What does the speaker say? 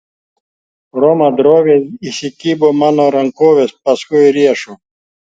roma droviai įsikibo mano rankovės paskui riešo